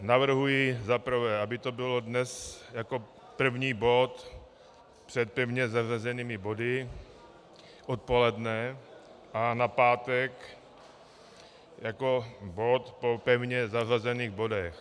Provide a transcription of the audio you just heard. Navrhuji za prvé, aby to bylo dnes jako první bod před pevně zařazenými body odpoledne, a na pátek jako bod po pevně zařazených bodech.